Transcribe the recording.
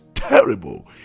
terrible